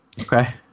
Okay